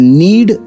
need